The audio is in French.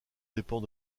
dépend